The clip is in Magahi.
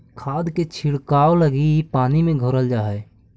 खाद के छिड़काव लगी इ पानी में घोरल जा हई